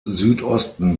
südosten